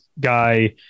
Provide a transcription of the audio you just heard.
guy